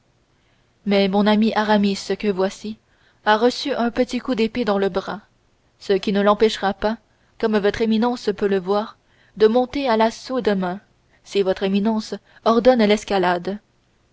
mais mon ami aramis que voici a reçu un petit coup d'épée dans le bras ce qui ne l'empêchera pas comme votre éminence peut le voir de monter à l'assaut demain si votre éminence ordonne l'escalade